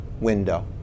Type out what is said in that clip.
window